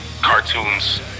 cartoons